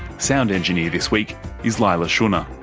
sound engineer this week is leila shunnar,